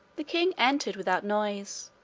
the king entered without noise,